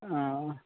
ओ